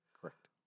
Correct